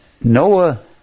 Noah